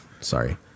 sorry